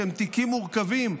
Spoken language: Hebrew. שהם תיקים מורכבים,